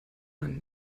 man